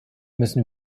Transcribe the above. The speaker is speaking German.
müssen